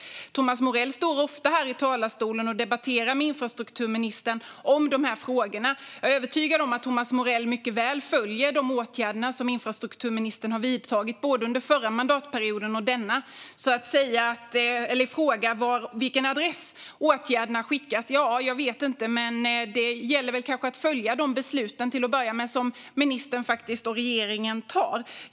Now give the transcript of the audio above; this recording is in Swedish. Thomas Morell står ofta här i talarstolen och debatterar de här frågorna med infrastrukturministern. Jag är övertygad om att Thomas Morell mycket väl följer de åtgärder som infrastrukturministern har vidtagit under både förra mandatperioden och denna. När det gäller till vilken adress åtgärderna skickas - ja, jag vet inte, men det gäller väl kanske att till att börja med följa de beslut som ministern och regeringen fattar.